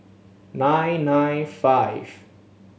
nine nine five